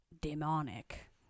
demonic